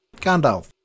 Gandalf